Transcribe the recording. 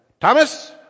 Thomas